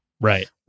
Right